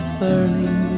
burning